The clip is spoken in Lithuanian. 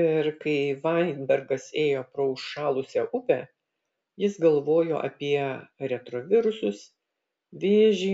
ir kai vainbergas ėjo pro užšalusią upę jis galvojo apie retrovirusus vėžį